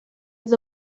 was